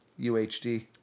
UHD